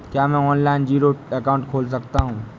क्या मैं online zero account खोल सकता हूँ?